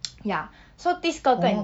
ya so this 哥哥 and